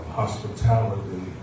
hospitality